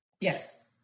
yes